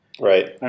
Right